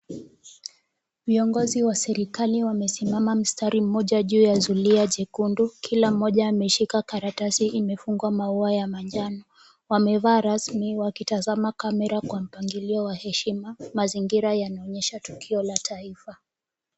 Viongozi wa serikali wamesimama mstari mmoja juu ya zulia jekundu. Kila mmoja ameshika karatasi imefungwa maua ya manjano. Wamevaa rasmi wakitazama kamera kwa mpangilio wa heshima. Mazingira yanaonyesha tukio la taifa.